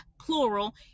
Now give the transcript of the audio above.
plural